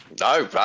No